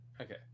Okay